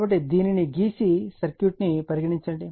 కాబట్టి దీనిని గీసి సర్క్యూట్ ని పరిగణిస్తాము